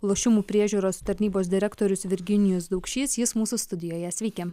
lošimų priežiūros tarnybos direktorius virginijus daukšys jis mūsų studijoje sveiki